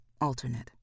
Alternate